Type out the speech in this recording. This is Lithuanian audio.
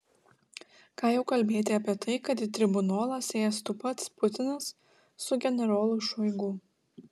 ką jau kalbėti apie tai kad į tribunolą sėstų pats putinas su generolu šoigu